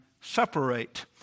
separate